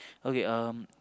okay um